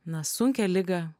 na sunkią ligą